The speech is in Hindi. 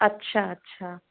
अच्छा अच्छा